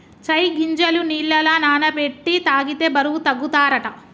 చై గింజలు నీళ్లల నాన బెట్టి తాగితే బరువు తగ్గుతారట